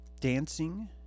Dancing